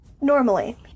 Normally